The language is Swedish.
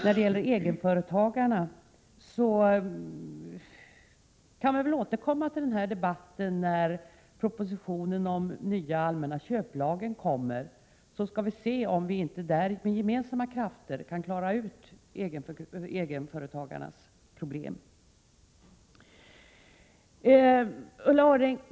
När det gäller egenföretagarna vill jag föreslå att vi återkommer till den debatten när propositionen om den nya allmänna köplagen kommer. Då skall vi se om vi inte då med gemensamma krafter kan lösa egenföretagarnas problem.